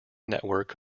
network